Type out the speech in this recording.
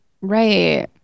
right